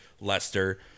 Lester